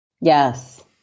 Yes